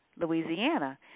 Louisiana